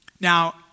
Now